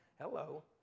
hello